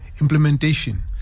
implementation